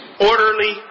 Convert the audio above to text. orderly